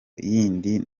yindi